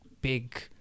big